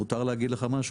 מותר להגיד לך משהו?